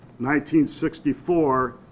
1964